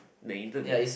the internet